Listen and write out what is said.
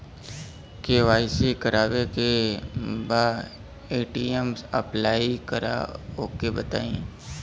KYC करावे के बा ए.टी.एम अप्लाई करा ओके बताई?